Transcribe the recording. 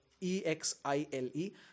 E-X-I-L-E